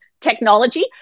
technology